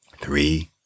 Three